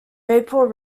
vapor